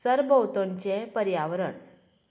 सरभोंवतणचे पर्यावरण